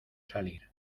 salir